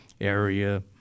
area